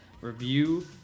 review